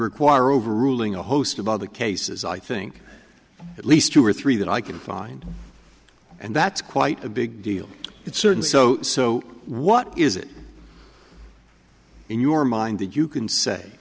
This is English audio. require overruling a host of other cases i think at least two or three that i can find and that's quite a big deal it's certain so so what is it in your mind that you can say